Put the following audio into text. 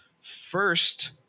first